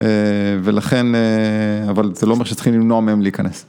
ולכן, אבל זה לא אומר שצריכים למנוע מהם להיכנס.